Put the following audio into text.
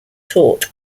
taught